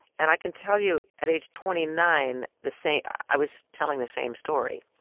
and i can tell you, at age twenty nine, the same i was telling the same story.